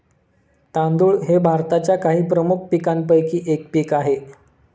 तांदूळ हे भारताच्या काही प्रमुख पीकांपैकी एक पीक आहे